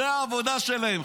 זו העבודה שלהם,